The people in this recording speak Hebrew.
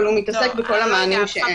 אבל הוא מתעסק בכל המענים שאין.